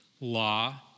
law